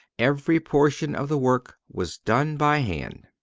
every portion of the work was done by hand.